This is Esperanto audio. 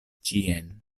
ĉien